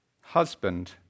husband